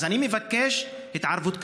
אז אני מבקש את התערבותך,